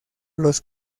los